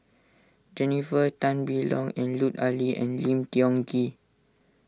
Jennifer Tan Bee Leng Lut Ali and Lim Tiong Ghee